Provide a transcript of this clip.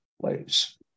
place